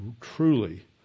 truly